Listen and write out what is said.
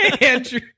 Andrew